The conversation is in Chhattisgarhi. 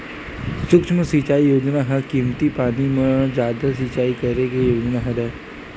सुक्ष्म सिचई योजना ह कमती पानी म जादा सिचई करे के योजना हरय